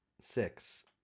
Six